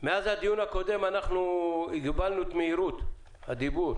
מאז הדיון הקודם הגבלנו את מהירות הדיבור,